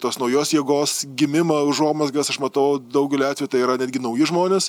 tos naujos jėgos gimimą užuomazgas aš matau daugeliu atvejų tai yra netgi nauji žmonės